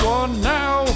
Now